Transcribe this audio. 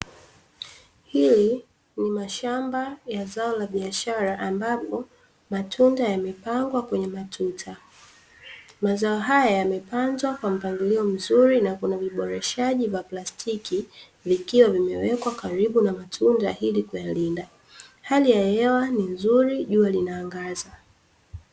Hili ni mashamba ya zao la biashara ambapo matunda yamepangwa kwenye matuta. Mazao haya yamepangwa kwa mpangilio mzuri, na kuna viboreshaji vya plastiki vikiwa vimewekwa karibu na matunda ili kuyalinda. Hali ya hewa ni nzuri jua linaangaza.